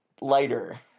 Lighter